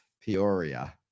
peoria